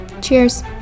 Cheers